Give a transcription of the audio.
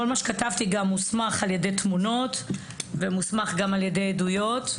כל מה שכתבתי גם ממוסמך על-ידי תמונות ועל-ידי עדויות.